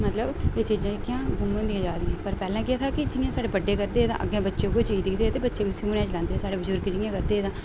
मतलव एह् चीजां जेह्कियां गुम होंदियां जादियां पैह्ले केह् हा कि जियां साढ़े बड्डे करदे हे तां अग्गे बच्चे उयैं चीज दिखदे हे ते बच्चे बी उस्सी उ'यां गै चलांदे हे साढ़े बजुर्ग जियां करदे हे तां